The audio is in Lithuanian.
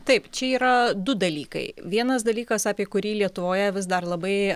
taip čia yra du dalykai vienas dalykas apie kurį lietuvoje vis dar labai